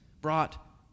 brought